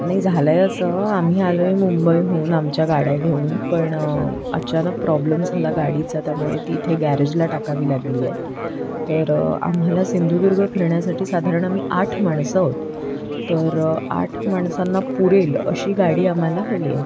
नाही झालं आहे असं आम्ही आलो आहे मुंबईहून आमच्या गाड्या घेऊन पण अचानक प्रॉब्लेम झाला गाडीचा त्यामुळे ती इथे गॅरेजला टाकावी लागली आहे तर आम्हाला सिंधुदुर्ग फिरण्यासाठी साधारण आम्ही आठ माणसं आहोत तर आठ माणसांना पुरेल अशी गाडी आम्हाला हवी आहे